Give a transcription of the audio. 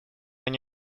они